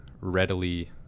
readily